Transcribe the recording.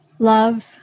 love